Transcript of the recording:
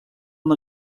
una